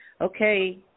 okay